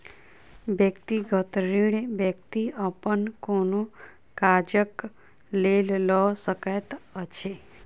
व्यक्तिगत ऋण व्यक्ति अपन कोनो काजक लेल लऽ सकैत अछि